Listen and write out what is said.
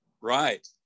Right